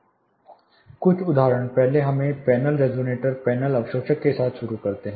कर कुछ उदाहरण पहले हमें पैनल रेज़ोनेटर पैनल अवशोषक के साथ शुरू करते हैं